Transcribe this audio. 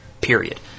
Period